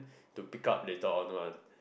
to pick up later on one